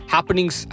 Happenings